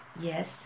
Yes